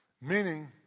Meaning